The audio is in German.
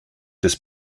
des